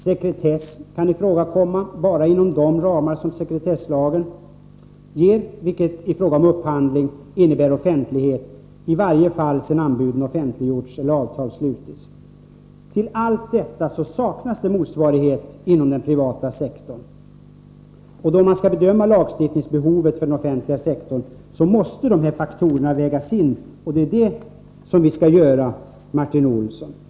Sekretess kan ifrågakomma bara inom de ramar som sekretesslagen ger, vilket i fråga om upphandling innebär offentlighet i varje fall sedan anbuden offentliggjorts eller avtal slutits. Till allt detta saknas motsvarighet inom den privata sektorn. Då man skall bedöma lagstiftningsbehovet för den offentliga sektorn måste dessa faktorer vägas in. Det är detta vi skall göra, Martin Olsson.